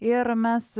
ir mes